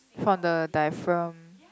from the diaphragm